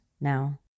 now